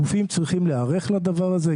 גופים צריכים להיערך לדבר הזה.